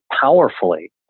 powerfully